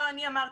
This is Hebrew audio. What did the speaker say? לא אני אמרתי.